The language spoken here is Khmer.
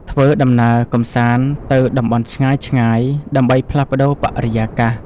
ធ្វើដំណើរកម្សាន្តទៅតំបន់ឆ្ងាយៗ ដើម្បីផ្លាស់ប្តូរបរិយាកាស។